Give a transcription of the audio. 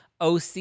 OC